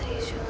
तेषु